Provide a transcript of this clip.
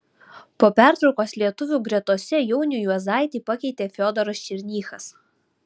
po pertraukos lietuvių gretose jaunių juozaitį pakeitė fiodoras černychas